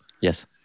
Yes